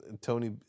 Tony